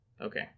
okay